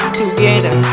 together